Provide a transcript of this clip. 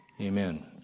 Amen